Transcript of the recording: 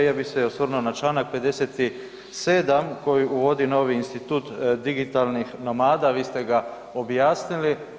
Ja bih se osvrnuo na čl. 57. koji uvodi novi institut digitalnih nomada, vi ste ga objasnili.